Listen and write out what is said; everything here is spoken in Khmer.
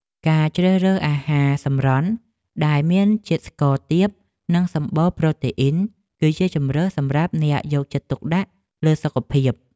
ការជ្រើសរើសអាហារសម្រន់ដែលមានជាតិស្ករទាបនិងសម្បូរប្រូតេអ៊ីនគឺជាជម្រើសសម្រាប់អ្នកយកចិត្តទុកដាក់លើសុខភាព។